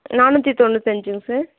நானூற்றி தொண்ணூத்தஞ்சுங்க சார்